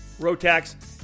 Rotax